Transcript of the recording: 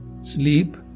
sleep